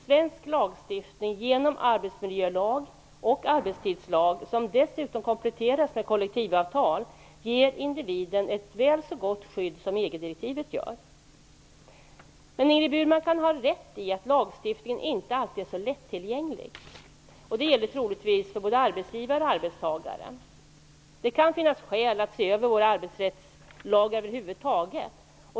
Svensk lagstiftning ger genom arbetsmiljölag och arbetstidslag, som dessutom kompletteras med kollektivavtal, individen ett väl så gott skydd som EG-direktivet gör. Ingrid Burman kan ha rätt i att lagstiftningen inte alltid är så lättillgänglig. Det gäller troligtvis för såväl arbetsgivare som arbetstagare. Det kan finnas skäl att se över våra arbetsrättslagar över huvud taget.